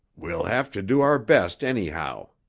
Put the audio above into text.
we'll have to do our best anyhow,